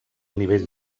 nivell